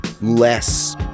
less